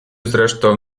zresztą